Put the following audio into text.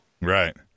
Right